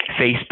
Facebook